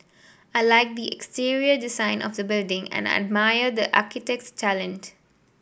I like the exterior design of the building and I admire the architect's talent